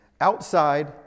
outside